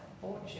fortune